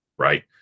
Right